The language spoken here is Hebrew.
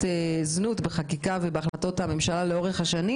זנות בחקיקה ובהחלטות הממשלה לאורך השנים.